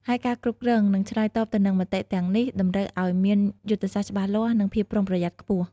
ហើយការគ្រប់គ្រង និងឆ្លើយតបទៅនឹងមតិទាំងនេះតម្រូវឱ្យមានយុទ្ធសាស្ត្រច្បាស់លាស់ និងភាពប្រុងប្រយ័ត្នខ្ពស់។